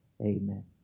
Amen